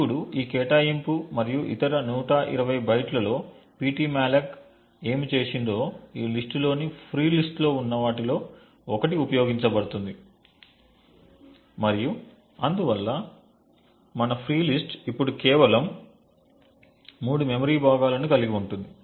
ఇప్పుడు ఈ కేటాయింపు మరియు ఇతర 120 బైట్లతో ptmalloc ఏమి చేసిందో ఈ లిస్ట్ లో ఫ్రీ లిస్ట్ లో ఉన్న వాటిలో ఒకటి ఉపయోగించబడుతుంది మరియు అందువల్ల మన ఫ్రీ లిస్ట్ ఇప్పుడు కేవలం మూడు మెమరీ భాగాలను కలిగి ఉంది